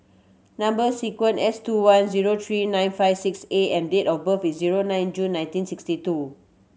number sequence S two one zero three nine five six A and date of birth is zero nine June nineteen sixty two